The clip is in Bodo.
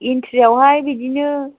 एनट्रिआवहाय बिदिनो